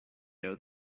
know